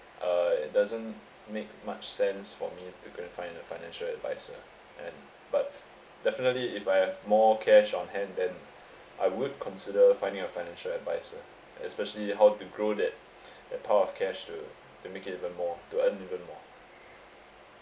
uh it doesn't make much sense for me to go and find a financial adviser and but definitely if I have more cash on hand then I would consider finding a financial adviser especially how to grow that that part of cash to to make it even more to earn even more